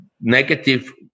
negative